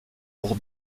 pour